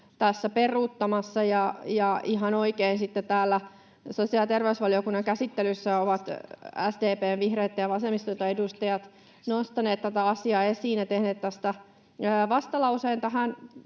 tässä peruuttamassa, ja ihan oikein täällä sosiaali- ja terveysvaliokunnan käsittelyssä ovat SDP:n, vihreitten ja vasemmistoliiton edustajat nostaneet tätä asiaa esiin ja tehneet tästä vastalauseen tähän